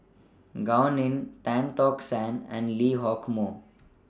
Gao Ning Tan Tock San and Lee Hock Moh